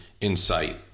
insight